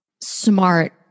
smart